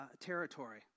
territory